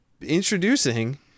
Introducing